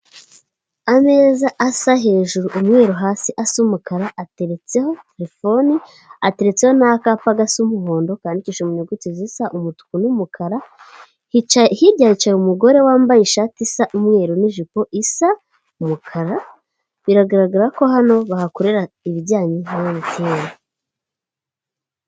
Ameza asa hejuru umweru hasi asa umukara, ateretseho telefoni, ateretse n'akapa agasa umuhondo kandikishije mu nyuguti zisa umutuku n'umukara, hirya hicaye umugore wambaye ishati isa umweru n'ijipo isa umukara biragaragara ko hano bahakorera ibijyanye na MTN.